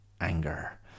anger